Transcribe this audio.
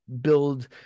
build